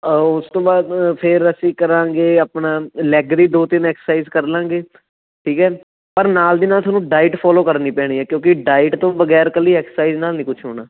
ਉਸ ਤੋਂ ਬਾਅਦ ਫ਼ੇਰ ਅਸੀਂ ਕਰਾਂਗੇ ਆਪਣਾ ਲੈੱਗ ਦੀ ਦੋ ਤਿੰਨ ਐਕਸਰਸਾਈਜ਼ ਕਰ ਲਾਂਗੇ ਠੀਕ ਹੈ ਪਰ ਨਾਲ਼ ਦੀ ਨਾਲ਼ ਤੁਹਾਨੂੰ ਡਾਇਟ ਫ਼ੋਲੋ ਕਰਨੀ ਪੈਣੀ ਹੈ ਕਿਉਂਕਿ ਡਾਇਟ ਤੋਂ ਬਗੈਰ ਇਕੱਲੀ ਐਕਸਰਸਾਈਜ਼ ਨਾਲ ਨਹੀਂ ਕੁਛ ਹੋਣਾ